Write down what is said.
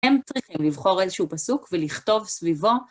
הם צריכים לבחור איזשהו פסוק ולכתוב סביבו.